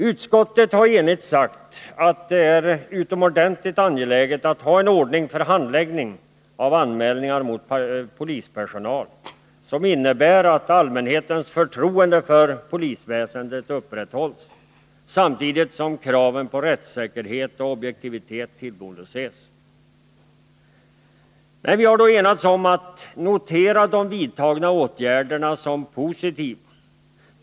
Utskottet har enhälligt sagt att det är utomordentligt angeläget att ha en ordning för handläggning av anmälningar mot polispersonal som innebär att allmänhetens förtroende för polisväsendet upprätthålls samtidigt som kraven på rättssäkerhet och objektivitet tillgodoses. Vi har då enats om att notera de vidtagna åtgärderna som positiva.